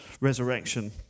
resurrection